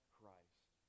Christ